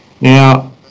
Now